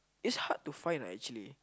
it's hard to find lah actually